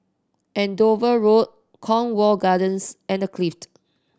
Andover Road Cornwall Gardens and The Clift